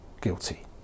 guilty